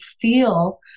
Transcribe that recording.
feel